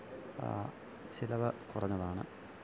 ചിലവ് കുറഞ്ഞതാണ്